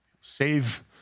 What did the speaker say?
Save